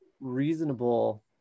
reasonable